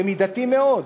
זה מידתי מאוד.